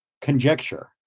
conjecture